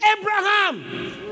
Abraham